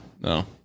No